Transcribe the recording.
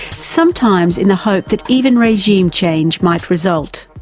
sometimes in the hope that even regime change might result.